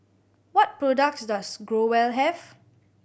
what products does Growell have